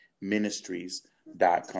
Ministries.com